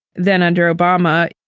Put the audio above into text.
than under obama.